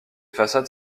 façades